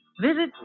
Visit